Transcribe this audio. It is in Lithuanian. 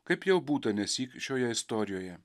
kaip jau būta nesyk šioje istorijoje